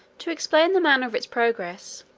to explain the manner of its progress,